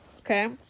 Okay